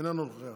איננו נוכח,